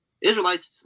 Israelites